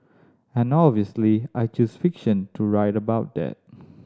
and obviously I choose fiction to write about that